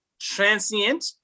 transient